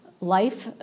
life